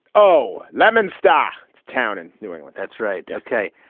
oh, lemon, stop. it's town in new england. that's right. ok.